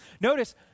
Notice